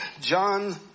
John